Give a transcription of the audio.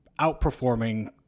outperforming